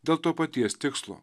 dėl to paties tikslo